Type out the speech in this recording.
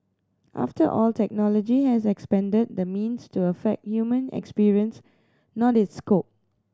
after all technology has expanded the means to affect human experience not its scope